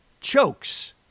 chokes